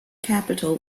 capital